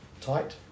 tight